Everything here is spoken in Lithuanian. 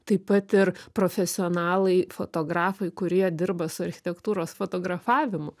taip pat ir profesionalai fotografai kurie dirba su architektūros fotografavimu